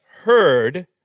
heard